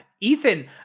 Ethan